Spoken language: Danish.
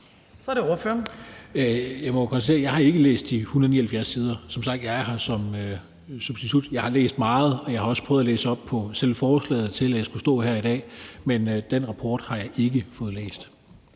Steffen Larsen (LA): Jeg må konstatere, at jeg ikke har læst de 177 sider . Jeg er her som sagt som substitut. Jeg har læst meget, og jeg har også prøvet at læse op på selve forslaget, op til at jeg skulle stå her i dag, men den rapport har jeg ikke fået læst.